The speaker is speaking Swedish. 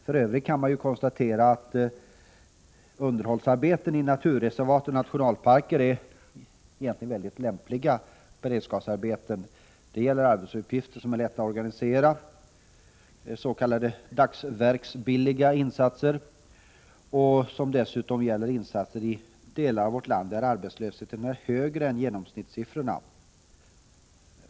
För övrigt kan det konstateras att underhållsarbeten i naturreservat och nationalparker egentligen är mycket lämpliga beredskapsarbeten. Det är arbetsuppgifter som är lätta att organisera, s.k. dagsverksbilliga insatser, och det är dessutom insatser i delar av vårt land där arbetslösheten är högre än genomsnittligt.